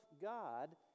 God